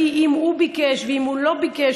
כי אם הוא ביקש ואם הוא לא ביקש,